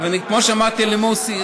כמו שאמרתי למוסי,